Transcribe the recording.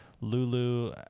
lulu